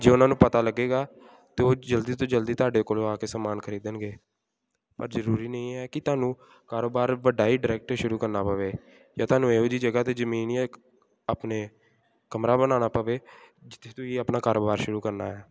ਜੇ ਉਹਨਾਂ ਨੂੰ ਪਤਾ ਲੱਗੇਗਾ ਤਾਂ ਉਹ ਜਲਦੀ ਤੋਂ ਜਲਦੀ ਤੁਹਾਡੇ ਕੋਲੋਂ ਆ ਕੇ ਸਮਾਨ ਖਰੀਦਣਗੇ ਪਰ ਜ਼ਰੂਰੀ ਨਹੀਂ ਹੈ ਕਿ ਤੁਹਾਨੂੰ ਕਾਰੋਬਾਰ ਵੱਡਾ ਹੀ ਡਾਇਰੈਕਟ ਸ਼ੁਰੂ ਕਰਨਾ ਪਵੇ ਜਾਂ ਤੁਹਾਨੂੰ ਇਹੋ ਜਿਹੀ ਜਗ੍ਹਾ 'ਤੇ ਜ਼ਮੀਨ ਹੀ ਆਪਣੇ ਕਮਰਾ ਬਣਾਉਣਾ ਪਵੇ ਜਿੱਥੇ ਤੁਸੀਂ ਆਪਣਾ ਕਾਰੋਬਾਰ ਸ਼ੁਰੂ ਕਰਨਾ ਹੈ